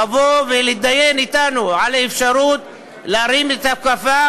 לבוא ולהתדיין אתנו על האפשרות להרים את הכפפה